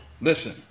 Listen